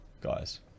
Guys